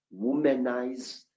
womanize